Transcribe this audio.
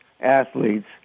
athletes